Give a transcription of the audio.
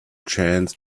chance